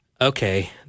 okay